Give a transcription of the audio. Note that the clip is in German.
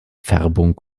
färbung